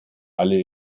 alle